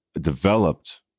developed